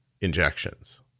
injections